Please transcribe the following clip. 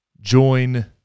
Join